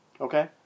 Okay